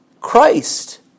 Christ